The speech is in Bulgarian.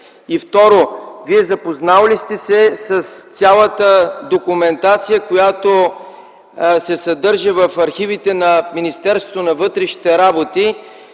Второ, Вие запознал ли сте се с цялата документация, която се съдържа в архивите на Министерството на вътрешните работи,